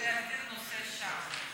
כדי להסדיר את הנושא שם.